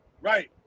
Right